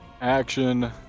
action